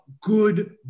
good